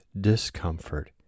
discomfort